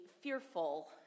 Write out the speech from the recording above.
fearful